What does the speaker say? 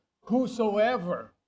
whosoever